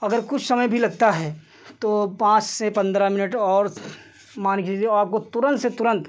अगर कुछ समय भी लगता है तो पाँच से पन्द्रह मिनट और मानकर चलिए अब आपको तुरन्त से तुरन्त